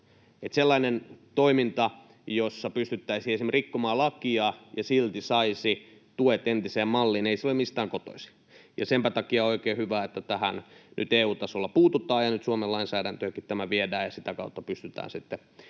Sellainen toiminta, jossa pystyttäisiin esimerkiksi rikkomaan lakia ja silti saisi tuet entiseen malliin, ei ole mistään kotoisin. Ja senpä takia on oikein hyvä, että tähän nyt EU-tasolla puututaan ja nyt Suomen lainsäädäntöönkin tämä viedään ja sitä kautta pystytään sitten